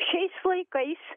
šiais laikais